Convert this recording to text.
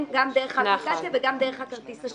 גם דרך האפליקציה וגם דרך כרטיס האשראי.